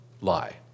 lie